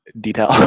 detail